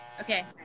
okay